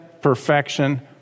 perfection